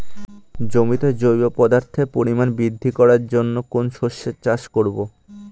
জমিতে জৈব পদার্থের পরিমাণ বৃদ্ধি করার জন্য কোন শস্যের চাষ করবো?